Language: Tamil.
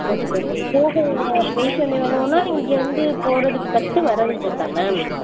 ஓகே போக பிரைஸ் வந்து எவ்வளோனா இங்கே வந்து போகிறதுக்கு பத்து வரதுக்கு பத்தா மேம்